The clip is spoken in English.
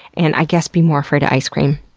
and i guess be more afraid of ice cream.